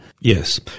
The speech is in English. Yes